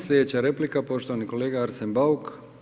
Slijedeća replika poštovani kolega Arsen Bauk.